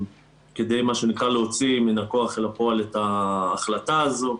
מה שנקרא, להוציא מן הכוח אל הפועל את החלטה הזו.